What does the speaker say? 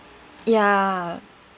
ya